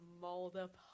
mauled-up